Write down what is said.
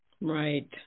Right